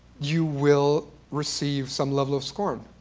you will receive some level of scorn.